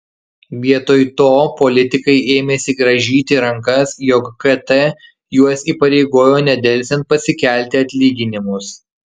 vietoj to politikai ėmėsi grąžyti rankas jog kt juos įpareigojo nedelsiant pasikelti atlyginimus